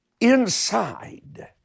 inside